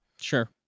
sure